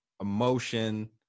emotion